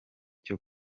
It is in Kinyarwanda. cyo